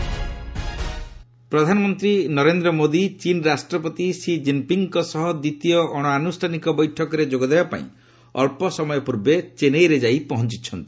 ମୋଦି ଏକୁଆଇ informal meet ପ୍ରଧାନମନ୍ତ୍ରୀ ନରେନ୍ଦ୍ର ମୋଦି ଚୀନ୍ ରାଷ୍ଟ୍ରପତି ସି ଜିନ୍ପିଙ୍ଗଙ୍କ ସହ ଦ୍ୱିତୀୟ ଅଣଆନୁଷ୍ଠାନିକ ବୈଠକରେ ଯୋଗଦେବା ପାଇଁ ଅଳ୍ପସମୟ ପୂର୍ବେ ଚେନ୍ନାଇରେ ଯାଇ ପହଞ୍ଚୁଛନ୍ତି